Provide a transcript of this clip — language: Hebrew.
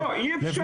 לא, אי אפשר.